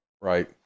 right